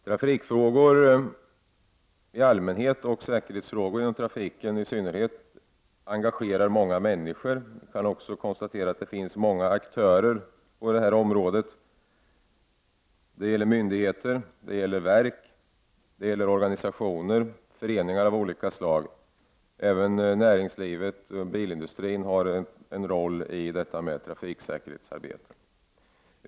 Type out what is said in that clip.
Trafikfrågor i allmänhet och säkerhetsfrågor inom trafiken i synnerhet engagerar många människor. Vi kan också konstatera att det finns många aktörer på området — myndigheter, verk, organisationer, föreningar av olika slag. Även näringslivet och bilindustrin har en roll i trafiksäkerhetsarbetet.